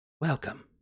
Welcome